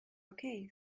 okay